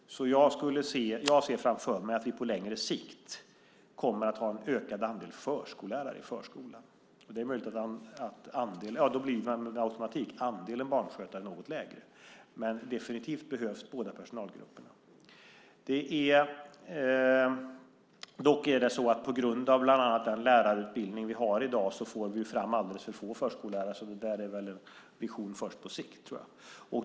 Jag ser framför mig att vi på längre sikt kommer att ha en ökad andel förskollärare i förskolan. Då blir andelen barnskötare med automatik något lägre, men definitivt behövs båda personalgrupperna. Dock får vi, på grund av bland annat den lärarutbildning vi har i dag, fram alldeles för få förskollärare. Det här är väl en vision först på sikt.